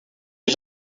est